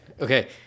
Okay